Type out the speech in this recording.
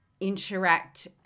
interact